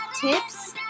tips